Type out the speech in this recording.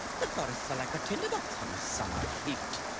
the forests are like a tinder box from the summer heat.